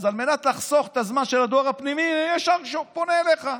אז על מנת לחסוך את הזמן של הדואר הפנימי אני ישר פונה אליך.